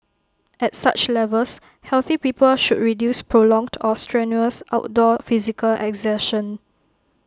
at such levels healthy people should reduce prolonged or strenuous outdoor physical exertion